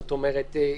שוב,